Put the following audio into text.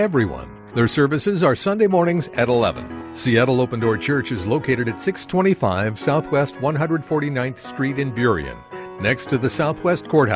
everyone their services are sunday mornings at eleven seattle open door church is located at six twenty five south west one hundred forty ninth street in period next to the southwest corner